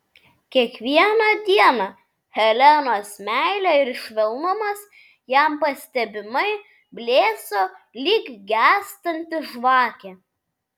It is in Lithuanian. kiekvieną dieną helenos meilė ir švelnumas jam pastebimai blėso lyg gęstanti žvakė